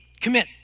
commit